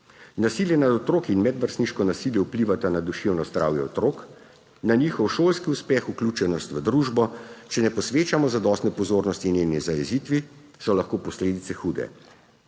Nasilje nad otroki in medvrstniško nasilje vplivata na duševno zdravje otrok, na njihov šolski uspeh, vključenost v družbo, če ne posvečamo zadostne pozornosti njeni zajezitvi, so lahko posledice hude.